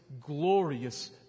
glorious